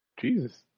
Jesus